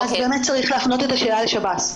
צריך להפנות את השאלה לשב"ס.